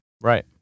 Right